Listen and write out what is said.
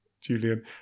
julian